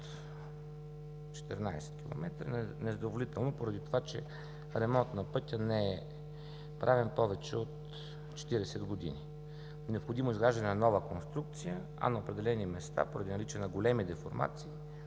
14 км е незадоволително, поради това че ремонт на пътя не е правен повече от 40 години. Необходимо е изграждане на нова конструкция, а на определени места, поради наличие на големи деформации